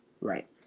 Right